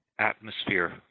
atmosphere